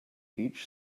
each